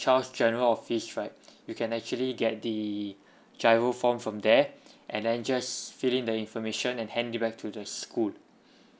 child's general office right you can actually get the G_I_R_O form from there and then just fill in the information and hand it back to the school